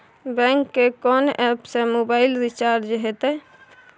Bank के कोन app से मोबाइल रिचार्ज हेते?